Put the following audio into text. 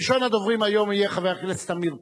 ראשון הדוברים היום יהיה חבר הכנסת עמיר פרץ.